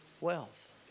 wealth